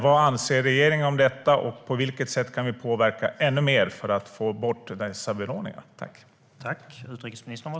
Vad anser regeringen om detta, och på vilket sätt kan vi påverka ännu mer för att få bort dessa benådningar?